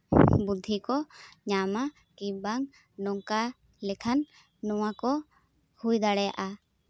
ᱵᱩᱫᱽᱫᱷᱤ ᱠᱚ ᱧᱟᱢᱟ ᱠᱤ ᱵᱟᱝ ᱱᱚᱝᱠᱟ ᱞᱮᱠᱷᱟᱱ ᱱᱚᱣᱟ ᱠᱚ ᱦᱩᱭ ᱫᱟᱲᱮᱭᱟᱜᱼᱟ